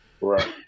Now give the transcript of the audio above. Right